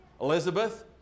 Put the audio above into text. Elizabeth